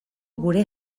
gure